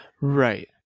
Right